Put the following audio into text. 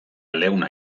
leuna